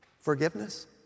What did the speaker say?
Forgiveness